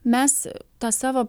mes tą savo